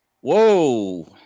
Whoa